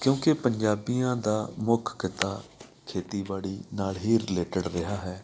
ਕਿਉਂਕਿ ਪੰਜਾਬੀਆਂ ਦਾ ਮੁੱਖ ਕਿੱਤਾ ਖੇਤੀਬਾੜੀ ਨਾਲ ਹੀ ਰਿਲੇਟਡ ਰਿਹਾ ਹੈ